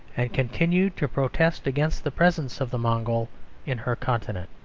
and continued to protest against the presence of the mongol in her continent.